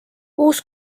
uus